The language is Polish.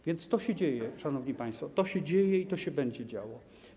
A więc to się dzieje, szanowni państwo, to się dzieje i to się będzie działo.